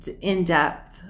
in-depth